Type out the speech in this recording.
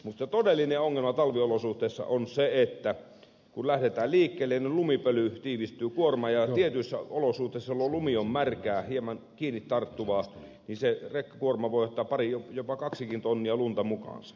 mutta se todellinen ongelma talviolosuhteissa on se että kun lähdetään liikkeelle niin lumipöly tiivistyy kuormaan ja tietyissä olosuhteissa jolloin lumi on märkää hieman kiinni tarttuvaa se rekkakuorma voi ottaa jopa kaksikin tonnia lunta mukaansa